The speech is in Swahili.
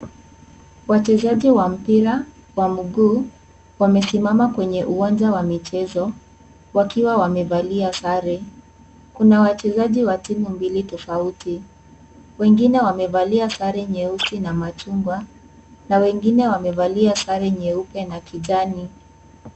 Wachezaji wa mpira wa miguu. Wamesimama kwenye uwanja wa michezo wakiwa wamevalia sare. Kuna wachezaji wa timu mbili tofauti. Wengine wamevalia sare nyeusi na machungwa na wengine wamevalia sare nyeupe na kijani.